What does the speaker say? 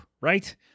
right